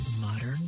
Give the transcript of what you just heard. modern